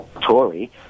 Tory